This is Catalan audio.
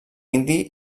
indi